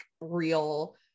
real